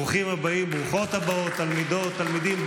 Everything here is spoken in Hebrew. ברוכים הבאים, ברוכות הבאות, תלמידות, תלמידים.